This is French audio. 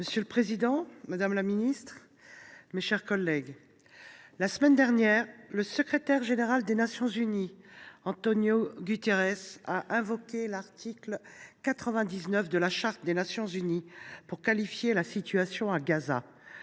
Monsieur le président, madame la secrétaire d’État, mes chers collègues, la semaine dernière, le secrétaire général des Nations unies, Antonio Guterres, a invoqué l’article 99 de la Charte des Nations unies pour qualifier la situation à Gaza